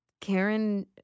Karen